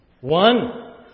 one